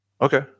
Okay